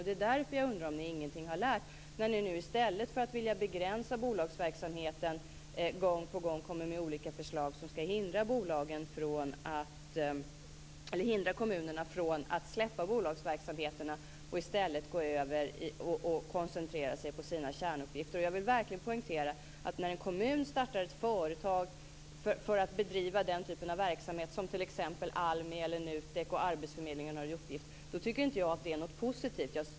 Det är därför jag undrar om ni ingenting har lärt när ni nu, i stället för att vilja begränsa bolagsverksamheten, gång på gång kommer med olika förslag som skall hindra kommunerna från att släppa bolagsverksamheterna och koncentrera sig på sina kärnuppgifter. Jag vill verkligen poängtera att när en kommun startar ett företag för att bedriva den typ av verksamhet som t.ex. ALMI, NUTEK och arbetsförmedlingen har till uppgift att driva, tycker jag inte att det är något positivt.